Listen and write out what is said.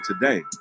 today